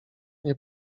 nie